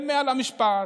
הם מעל המשפט,